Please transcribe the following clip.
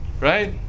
right